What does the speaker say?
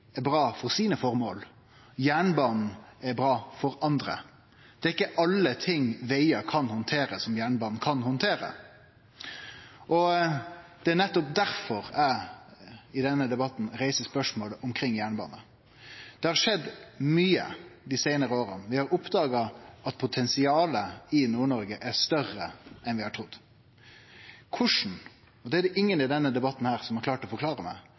er bra for sine formål, og at jernbanen er bra for andre. Det er ikkje alle ting vegar kan handtere, som jernbanen kan handtere. Det er nettopp difor eg i denne debatten reiser spørsmålet omkring jernbane. Det har skjedd mykje dei seinare åra. Vi har oppdaga at potensialet i Nord-Noreg er større enn vi har trudd. Korleis – og det er det ingen i denne debatten som har klart å forklare meg